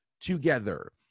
together